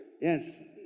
Yes